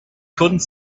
couldn’t